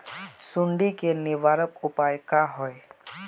सुंडी के निवारक उपाय का होए?